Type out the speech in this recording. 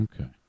Okay